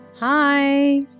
hi